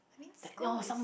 I mean school is